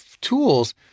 tools